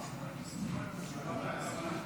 סיכום ההצבעה